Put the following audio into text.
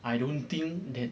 I don't think that